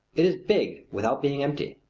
it is big without being empty.